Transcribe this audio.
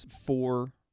four